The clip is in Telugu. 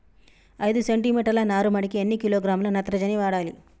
ఐదు సెంటిమీటర్ల నారుమడికి ఎన్ని కిలోగ్రాముల నత్రజని వాడాలి?